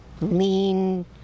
lean